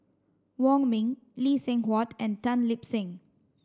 Wong Ming Lee Seng Huat and Tan Lip Seng